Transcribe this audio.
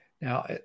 Now